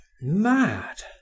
mad